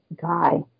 guy